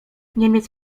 niemiec